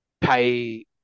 pay